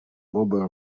mobile